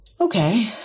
Okay